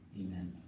Amen